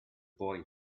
boy